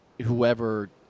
whoever